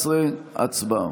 19. הצבעה.